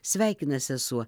sveikina sesuo